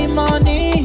money